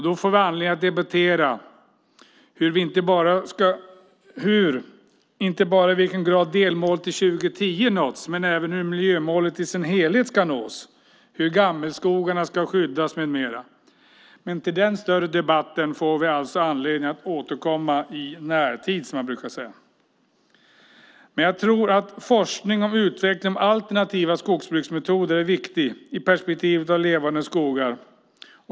Då får vi anledning att debattera inte bara i vilken grad delmålet till 2010 har nåtts men även hur miljömålet i sin helhet ska nås, hur gammelskogarna ska skyddas med mera. Till den större debatten får vi alltså anledning att återkomma i närtid. Jag tror att forskning om utveckling av alternativa skogsbruksmetoder är viktig i perspektivet av målet Levande skogar.